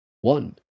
One